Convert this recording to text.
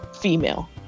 female